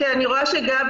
קודם כול לגבי